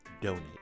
donate